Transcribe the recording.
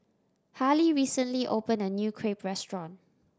Harlie recently opened a new Crepe restaurant